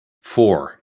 four